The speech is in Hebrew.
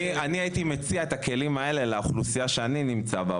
אני הייתי מציע את הכלים האלה לאוכלוסייה שאני נמצא בה,